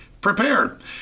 prepared